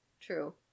true